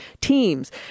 teams